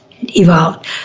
evolved